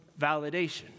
validation